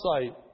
sight